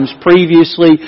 previously